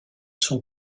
sont